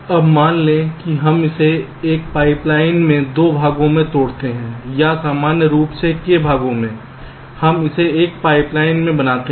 अब मान लें कि हम इसे एक पाइपलाइन में 2 भागों में तोड़ते हैं या सामान्य रूप से k भागों में हम इसे एक पाइपलाइन में बनाते हैं